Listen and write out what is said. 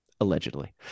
allegedly